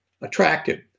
attractive